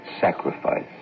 sacrifice